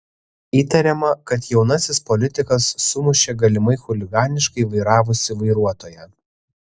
įtariama kad jaunasis politikas sumušė galimai chuliganiškai vairavusį vairuotoją